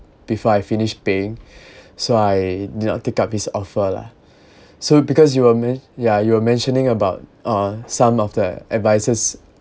before I finished paying so I didn't take up his offer lah so because you were men~ yeah you were mentioning about uh some of the advices